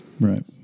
Right